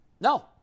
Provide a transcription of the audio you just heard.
No